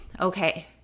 Okay